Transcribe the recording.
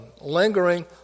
lingering